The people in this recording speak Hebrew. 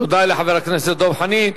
תודה לחבר הכנסת דב חנין.